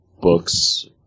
books